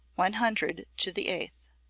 one hundred to the eighth.